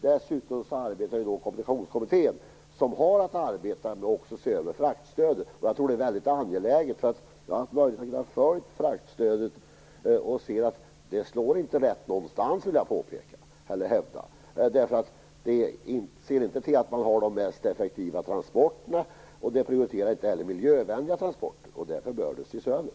Dessutom arbetar Kommunikationskommittén med att också se över fraktstödet. Jag tror att det är mycket angeläget. Jag har haft möjlighet att följa fraktstödet, och jag vill hävda att det inte slår rätt någonstans. Det ser inte till att man har de mest effektiva transporterna och det prioriterar inte heller miljövänliga transporter. Därför bör det ses över.